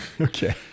Okay